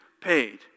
paid